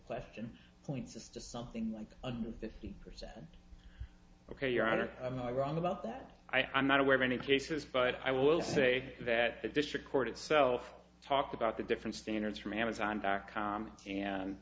question points system something like under fifty percent ok your honor i'm not wrong about that i'm not aware of any cases but i will say that the district court itself talked about the different standards from amazon dot com and